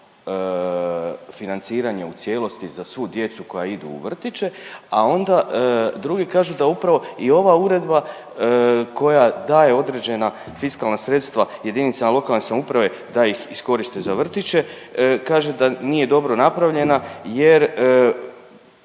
financiranje u cijelosti za svu djecu koja ide u vrtiće, a onda drugi kažu da upravo i ova uredba koja daje određena fiskalna sredstva jedinicama lokalne samouprave da ih iskoriste za vrtiće kaže da nije dobro napravljena jer